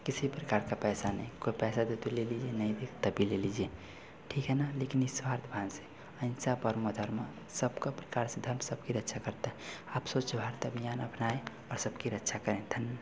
किसी प्रकार का पैसा नहीं कोई पैसा दे तो ले लीजिए नहीं दे तब भी ले लीजिए ठीक है ना लेकिन निस्वार्थ भाव से अहिंसा परमो धर्मा सबका प्रकाशित आप सब की रक्षा करता है आप स्वच्छ भारत अभियान अपनाएँ और सबकी रक्षा करें धन्